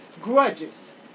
grudges